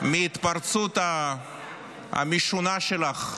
-- היא לא ברחה ----- מההתפרצות המשונה שלך,